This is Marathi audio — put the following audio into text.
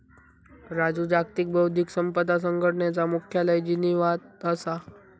राजू जागतिक बौध्दिक संपदा संघटनेचा मुख्यालय जिनीवात असा